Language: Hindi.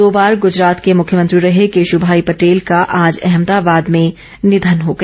दो बारे गुजरात के मुख्यमंत्री रहे केशुभाई पटेल का आज अहमदाबाद में निधन हो गया